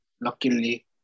luckily